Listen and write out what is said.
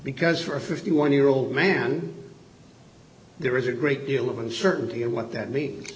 because for a fifty one year old man there is a great deal of uncertainty of what that means